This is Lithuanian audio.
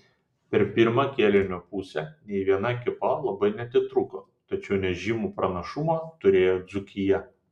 per pirmą kėlinio pusę nei viena ekipa labai neatitrūko tačiau nežymų pranašumą turėjo dzūkija